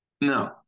No